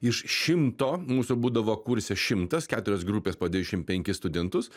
iš šimto mūsų būdavo kurse šimtas keturios grupės po dvidešimt penkis studentus